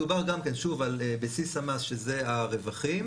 מדובר על בסיס המס שזה הרווחים,